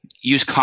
use